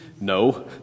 No